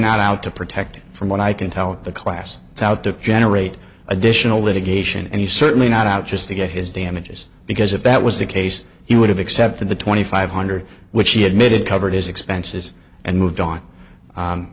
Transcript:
not out to protect from what i can tell the class how to generate additional litigation and he's certainly not out just to get his damages because if that was the case he would have accepted the twenty five hundred which he admitted covered his expenses and moved on